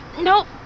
Nope